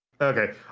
okay